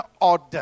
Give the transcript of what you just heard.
order